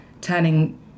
turning